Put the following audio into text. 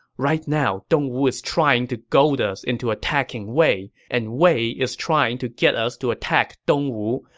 right now, dongwu is trying to goad us into attacking wei, and wei is trying to get us to attack dongwu.